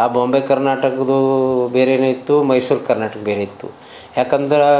ಆ ಬೊಂಬೆ ಕರ್ನಾಟಕದ್ದೂ ಬೇರೆ ಇತ್ತು ಮೈಸೂರು ಕರ್ನಾಟಕ ಬೇರೆಯಿತ್ತು ಯಾಕಂದ್ರೆ